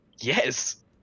Yes